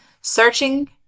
searching